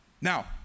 Now